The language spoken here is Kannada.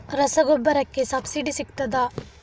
ರಸಗೊಬ್ಬರಕ್ಕೆ ಸಬ್ಸಿಡಿ ಸಿಗ್ತದಾ?